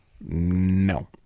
No